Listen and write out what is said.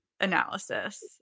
analysis